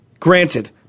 Granted